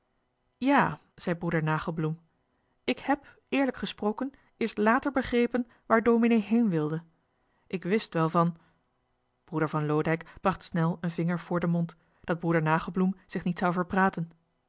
ja zei broeder nagelbloem ik heb eerlijk gesproken eerst later begrepen waar dominee heen wilde ik wist wel van broeder van loodijck bracht snel een vinger voor den mond dat broeder nagelbloem zich niet zou verpraten